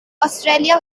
australia